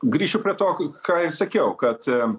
grįšiu prie to ką ir sakiau kad